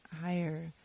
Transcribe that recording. higher